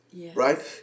Right